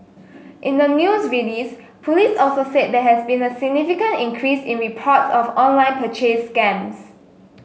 in the news release police also said there has been a significant increase in reports of online purchase scams